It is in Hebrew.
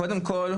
זה קודם כל,